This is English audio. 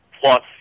plus